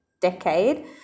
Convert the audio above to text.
decade